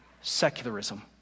secularism